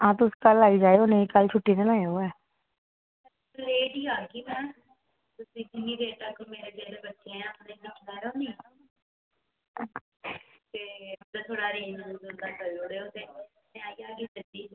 आं तुस कल्ल आई जायो कल्ल छुट्टी निं करेओ ऐ